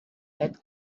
had